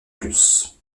plus